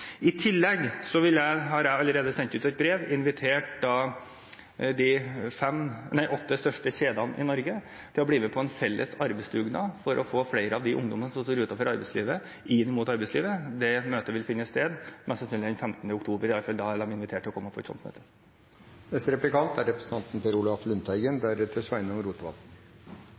I tillegg har jeg allerede sendt ut et brev og invitert de åtte største kjedene i Norge til å bli med på en felles arbeidsdugnad for å få flere av de ungdommene som står utenfor arbeidslivet, inn i arbeidslivet. Det møtet vil mest sannsynlig finne sted den 15. oktober. Det er iallfall da de er invitert til å komme på et sånt